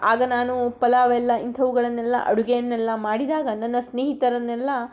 ಆಗ ನಾನು ಪಲಾವೆಲ್ಲ ಇಂಥವುಗಳನ್ನೆಲ್ಲ ಅಡುಗೆಯನ್ನೆಲ್ಲ ಮಾಡಿದಾಗ ನನ್ನ ಸ್ನೇಹಿತರನ್ನೆಲ್ಲ